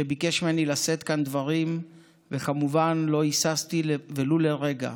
שביקש ממני לשאת כאן דברים וכמובן לא היססתי ולו לרגע,